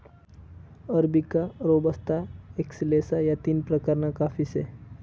arabica, robusta, excelsa या तीन प्रकारना काफी से